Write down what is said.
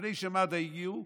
לפני שמד"א הגיעו,